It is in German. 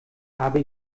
habe